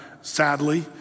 sadly